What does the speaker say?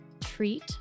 treat